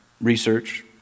Research